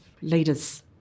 leaders